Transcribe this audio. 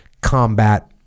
combat